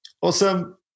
awesome